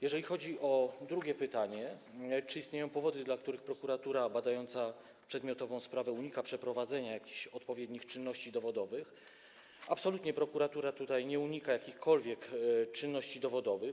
Jeżeli chodzi o drugie pytanie, czy istnieją powody, dla których prokuratura badająca przedmiotową sprawę unika przeprowadzenia jakichś odpowiednich czynności dowodowych, absolutnie prokuratura tutaj nie unika jakichkolwiek czynności dowodowych.